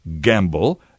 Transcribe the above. gamble